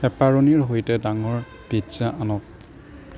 পেপাৰনিৰ সৈতে ডাঙৰ পিজ্জা আনক